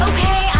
Okay